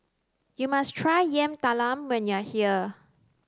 you must try Yam Talam when you are here